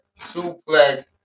Suplex